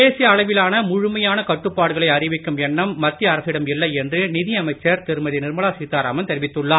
தேசிய அளவிலான முழுமையான கட்டுப்பாடுகளை அறிவிக்கும் எண்ணம் மத்திய அரசிடம் இல்லை என்று நிதியமைச்சர் திருமதி நிர்மலா சீதாராமன் தெரிவித்துள்ளார்